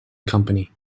company